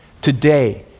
Today